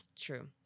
True